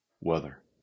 weather